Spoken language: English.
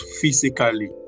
physically